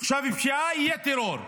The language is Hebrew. עכשיו פשיעה, יהיה טרור.